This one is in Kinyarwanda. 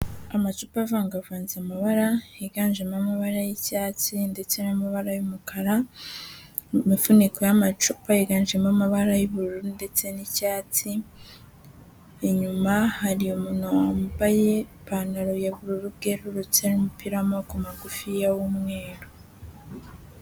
Amacupa avangavanze amabara, yiganjemo amabara y'icyatsi, ndetse n'amabara y'umukara, imifuniko y'amacupa yiganjemo amabara y'ubururu, ndetse n'icyatsi, inyuma hari umuntu wambaye ipantaro y'ubururu bwerurutse, umupira w'amaboko magufiya w'umweru.